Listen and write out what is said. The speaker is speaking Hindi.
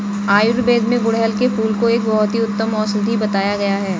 आयुर्वेद में गुड़हल के फूल को एक बहुत ही उत्तम औषधि बताया गया है